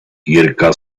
jirka